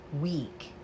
week